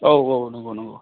औ औ नंगौ नंगौ